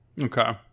Okay